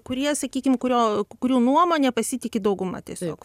kurie sakykim kurio kurių nuomone pasitiki dauguma tiesiog